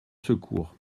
secours